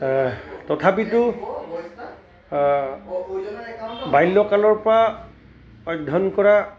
তথাপিতো বাল্যকালৰ পৰা অধ্যয়ন কৰা